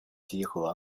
集合